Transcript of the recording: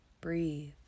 breathe